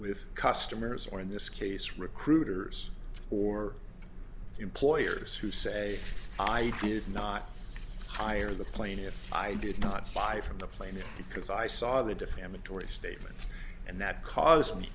with customers or in this case recruiters or employers who say i did not hire the plane if i did not buy from the plane because i saw the defamatory statements and that caused me